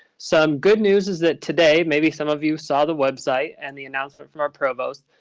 some good news is that today maybe some of you saw the website and the announcement from our provost.